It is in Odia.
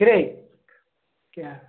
କିରେ କିଆଁ